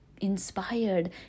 inspired